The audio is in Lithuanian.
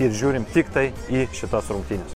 ir žiūrim tiktai į šitas rungtynes